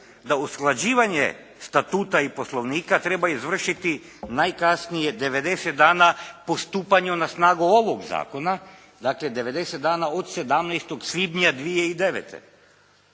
da usklađivanje statuta i Poslovnika treba izvršiti najkasnije 90 dana po stupanju na snagu ovog zakona, dakle 90 dana od 17. svibnja 2009.